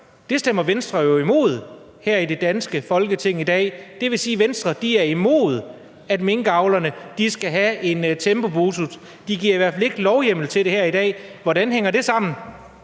Det stemmer Venstre jo imod her i det danske Folketing i dag. Det vil sige, at Venstre er imod, at minkavlerne skal have en tempobonus. De giver i hvert fald ikke lovhjemmel til det her i dag. Hvordan hænger det sammen?